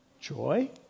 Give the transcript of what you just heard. Joy